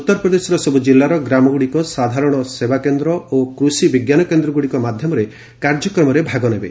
ଉତ୍ତରପ୍ରଦେଶର ସବୁ କିଲ୍ଲାର ଗ୍ରାମଗୁଡ଼ିକ ସାଧାରଣ ସେବାକେନ୍ଦ୍ର ଓ କୃଷି ବିଜ୍ଞାନ କେନ୍ଦ୍ରଗୁଡ଼ିକ ମାଧ୍ୟମରେ କାର୍ଯ୍ୟକ୍ରମରେ ଭାଗ ନେବେ